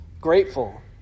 Grateful